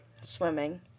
Swimming